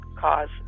cause